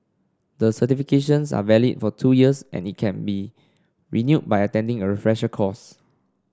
the certifications are valid for two years and can be renewed by attending a refresher course